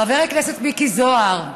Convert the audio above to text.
חבר הכנסת מיקי זוהר,